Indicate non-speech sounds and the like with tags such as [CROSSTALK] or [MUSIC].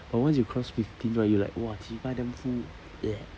but once you cross fifteen right you like !wah! cheebye damn full [NOISE]